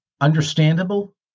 understandable